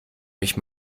mich